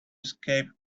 escape